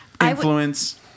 influence